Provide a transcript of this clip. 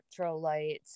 electrolytes